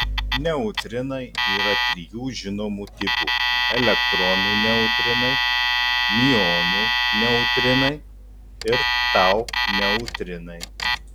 neutrinai yra trijų žinomų tipų elektronų neutrinai miuonų neutrinai ir tau neutrinai